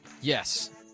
yes